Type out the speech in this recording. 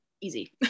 easy